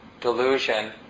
delusion